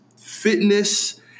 fitness